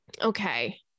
Okay